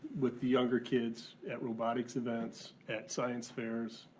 with the younger kids at robotics events, at science fairs,